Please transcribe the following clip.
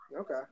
Okay